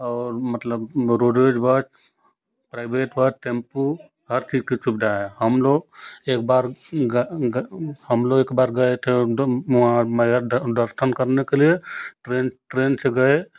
और मतलब रोडवेज बछ प्राइवेट बस टैम्पू हर चीज़ की सुविधा है हम लोग एक बार हम लोग एक बार गए थे एक दम वहाँ मया दर्शन करने के लिए ट्रेन ट्रेन से गए